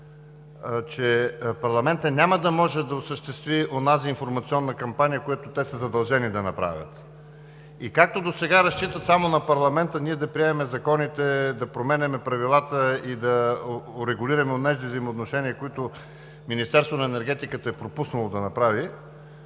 че парламентът няма да може да осъществи онази информационна кампания, която те са задължени да направят. Както досега разчитат само на парламента – ние да приемем законите, да променяме правилата и да урегулираме онези взаимоотношения, които Министерството на енергетиката е пропуснало да направи,